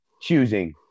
Choosing